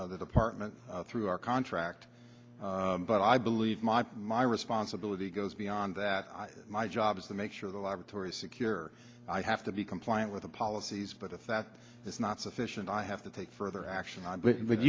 from the department through our contract but i believe my responsibility goes beyond that my job is to make sure the laboratory is secure i have to be compliant with the policies but if that is not sufficient i have to take further action but